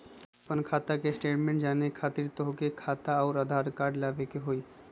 आपन खाता के स्टेटमेंट जाने खातिर तोहके खाता अऊर आधार कार्ड लबे के होइ?